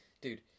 Dude